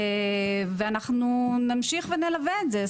ואנחנו נמשיך ולנלווה את זה.